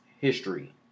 history